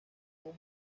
cómo